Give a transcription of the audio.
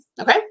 okay